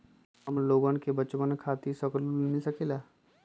हमलोगन के बचवन खातीर सकलू ऋण मिल सकेला?